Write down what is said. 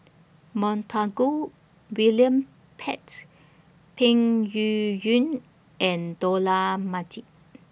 Montague William Pett Peng Yuyun and Dollah Majid